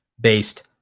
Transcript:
based